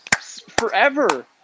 forever